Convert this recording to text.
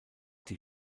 die